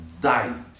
died